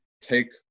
take